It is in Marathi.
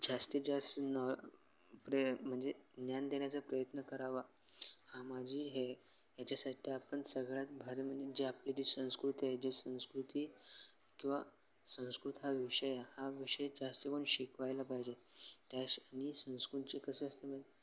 जास्तीत जास्त नवं प्रे म्हणजे ज्ञान देण्याचा प्रयत्न करावा हा माझी हे ह्याच्यासाठी आपण सगळ्यात भारी म्हणजे जे आपली जी संस्कृती आहे जे संस्कृती किंवा संस्कृत हा विषय हा विषय जास्त कोण शिकवायला पाहिजे त्या शि आणि संस्कृतचे कसं असते मग